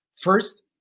first